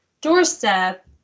doorstep